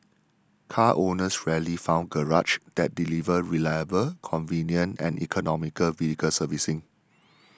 car owners rarely found garages that delivered reliable convenient and economical vehicle servicing